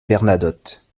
bernadotte